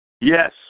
Yes